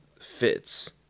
fits